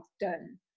done